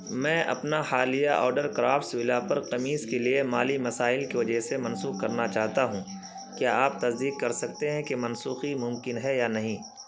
میں اپنا حالیہ آڈر کرافٹس ولا پر قمیص کے لیے مالی مسائل کی وجہ سے منسوخ کرنا چاہتا ہوں کیا آپ تصدیق کر سکتے ہیں کہ منسوخی ممکن ہے یا نہیں